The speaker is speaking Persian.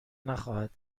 نخواهد